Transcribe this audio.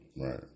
Right